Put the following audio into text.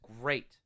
great